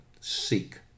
seek